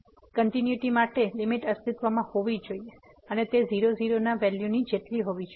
continuity માટે limit અસ્તિત્વમાં હોવી જોઈએ અને તે 00 ના વેલ્યુ જેટલી હોવી જોઈએ